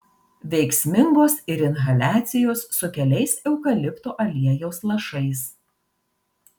veiksmingos ir inhaliacijos su keliais eukalipto aliejaus lašais